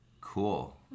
Cool